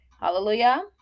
hallelujah